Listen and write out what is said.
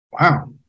Wow